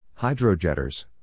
Hydrojetters